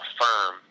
firm